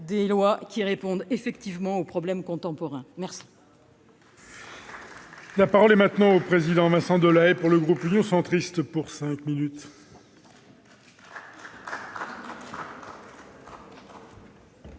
des lois qui répondent effectivement aux problèmes contemporains. La